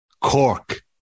Cork